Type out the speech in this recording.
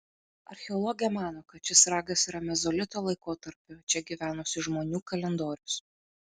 archeologė mano kad šis ragas yra mezolito laikotarpiu čia gyvenusių žmonių kalendorius